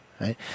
Right